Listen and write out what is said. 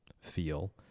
feel